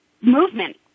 movement